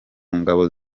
ngabo